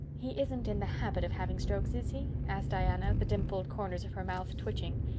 he isn't in the habit of having strokes, is he? asked diana, the dimpled corners of her mouth twitching.